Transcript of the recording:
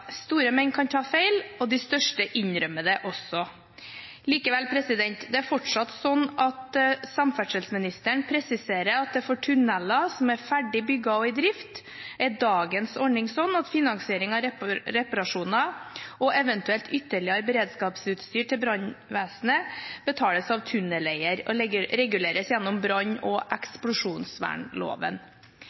Store menn kan ta feil, og de største innrømmer det også. Likevel presiserer samferdselsministeren fortsatt at for tunneler som er ferdig bygget og i drift, er dagens ordning at reparasjoner og eventuelt ytterligere beredskapsutstyr til brannvesenet betales av tunnelleier og reguleres gjennom brann- og eksplosjonsvernloven.